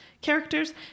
characters